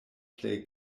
plej